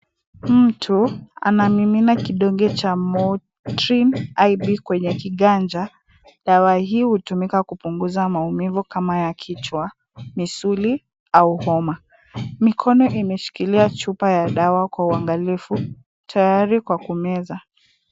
Mtu anamimina kidonge cha Motrim IV kwenye kiganja. Dawa hiyo hutumika kupunguza maumivu kama ya kichwa, misuli au homa. Mikono imeshikilia chupa ya dawa kwa uangalifu tayari kwa kumeza.